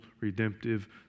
redemptive